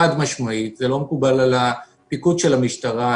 חד-משמעית, זה לא מקובל על הפיקוד של המשטרה.